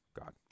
God